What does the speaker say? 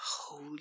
holy